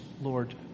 Lord